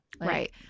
Right